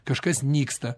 kažkas nyksta